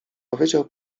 powiedział